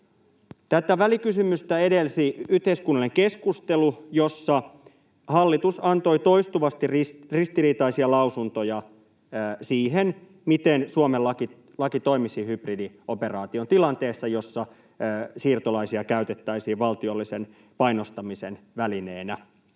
Tätä välikysymystä edelsi yhteiskunnallinen keskustelu, jossa hallitus antoi toistuvasti ristiriitaisia lausuntoja siihen, miten Suomen laki toimisi hybridioperaatiotilanteessa, jossa siirtolaisia käytettäisiin valtiollisen painostamisen välineenä,